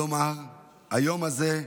כלומר היום הזה,